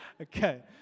Okay